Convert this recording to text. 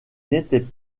n’étaient